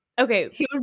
Okay